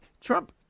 Trump